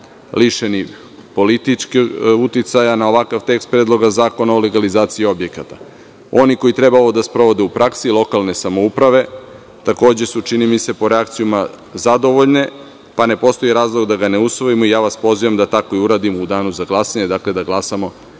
lišenih političkog uticaja na ovakav tekst Predloga zakona o legalizaciji objekata. Oni koji treba ovo da sprovode u praksi, lokalne samouprave, takođe su, čini mi se po reakcijama, zadovoljne, pa ne postoji razlog da ga ne usvojimo. Pozivam vas da tako i uradimo u danu za glasanje, da glasamo